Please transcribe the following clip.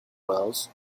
wells